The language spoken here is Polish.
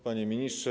Panie Ministrze!